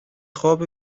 خواب